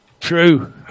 True